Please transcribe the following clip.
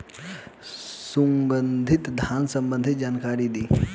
सुगंधित धान संबंधित जानकारी दी?